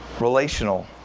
relational